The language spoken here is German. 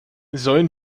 sollen